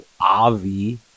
Avi